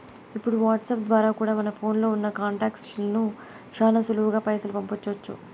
ఇప్పుడు వాట్సాప్ ద్వారా కూడా మన ఫోన్లో ఉన్నా కాంటాక్ట్స్ లకి శానా సులువుగా పైసలు పంపించొచ్చు